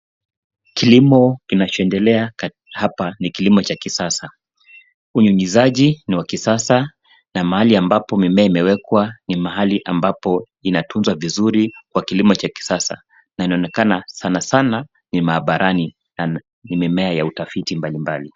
Kilimo kinacho endelea hapa ni kilimo cha kisasa. Uingizaji ni wa kisasa, na mahali ambapo mimea imewekwa ni mahali ambapo inatunzwa vizuri kwa kilimo cha kisasa na inaonekana sana sana ni maabarani na ni mimea ya utafiti mbali mbali.